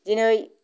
दिनै